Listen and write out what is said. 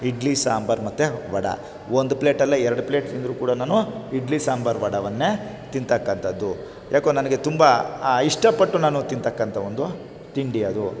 ಇಡ್ಲಿ ಸಾಂಬಾರು ಮತ್ತು ವಡೆ ಒಂದು ಪ್ಲೇಟಲ್ಲ ಎರಡು ಪ್ಲೇಟ್ ತಿಂದರೂ ಕೂಡ ನಾನು ಇಡ್ಲಿ ಸಾಂಬಾರು ವಡಾವನ್ನೇ ತಿಂತಕ್ಕಂಥದ್ದು ಯಾಕೋ ನನಗೆ ತುಂಬ ಇಷ್ಟಪಟ್ಟು ನಾನು ತಿಂತಕ್ಕಂಥ ಒಂದು ತಿಂಡಿ ಅದು